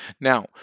Now